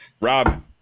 Rob